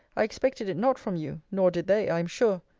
i expected it not from you nor did they, i am sure.